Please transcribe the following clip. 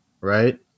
Right